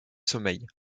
sommeil